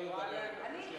אני עקבית.